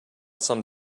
some